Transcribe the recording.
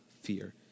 fear